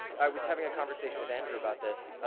i was having a conversation with andrew about this,